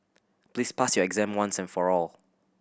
please pass your exam once and for all